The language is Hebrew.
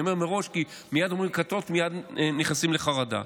אני אומר מראש כי אומרים כתות, מייד נכנסים לחרדה.